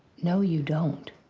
no, you don't.